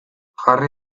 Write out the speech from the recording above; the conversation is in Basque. jarri